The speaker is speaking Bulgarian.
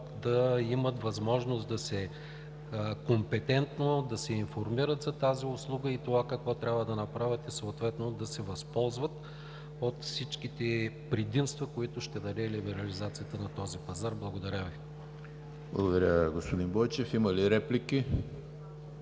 да имат възможност компетентно да се информират за тази услуга, това какво трябва да направят и съответно да се възползват от всичките предимства, които ще даде либерализацията на този пазар. Благодаря Ви. ПРЕДСЕДАТЕЛ ЕМИЛ ХРИСТОВ: Благодаря, господин Бойчев. Има ли реплики?